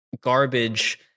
garbage